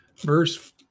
Verse